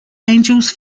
angels